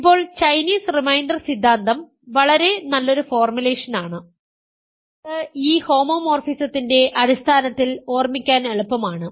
ഇപ്പോൾ Chinese remainder സിദ്ധാന്തം വളരെ നല്ലൊരു ഫോർമുലേഷനാണ് ഇത് ഈ ഹോമോമോർഫിസത്തിന്റെ അടിസ്ഥാനത്തിൽ ഓർമ്മിക്കാൻ എളുപ്പമാണ്